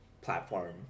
platform